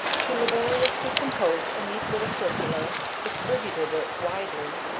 she laboriously composed a neat little circular, distributed it widely,